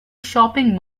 shopping